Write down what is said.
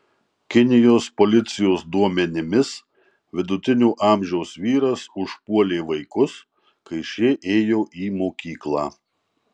kinijos policijos duomenimis vidutinio amžiaus vyras užpuolė vaikus kai šie ėjo į mokyklą